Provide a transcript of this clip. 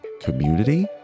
community